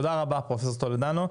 תודה רבה פרופ' טולדו.